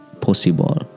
possible